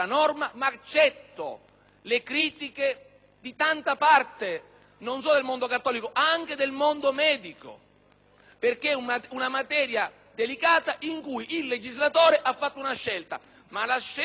perché è una materia delicata in cui il legislatore ha compiuto una scelta, che non ci esime dal diritto di critica di altri. Io credo, rispetto alla Chiesa cattolica